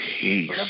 Peace